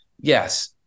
Yes